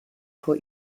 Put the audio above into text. vor